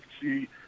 see